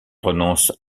renonce